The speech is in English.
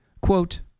quote